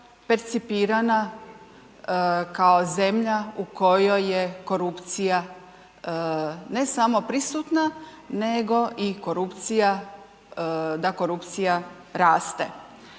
percipirana kao zemlja u kojoj je korupcija ne samo prisutna, nego i korupcija, da